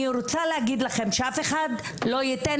אני רוצה להגיד לכם שאף אחד לא ייתן